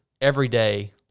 everyday